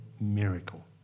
miracle